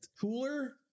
cooler